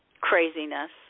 Craziness